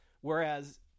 whereas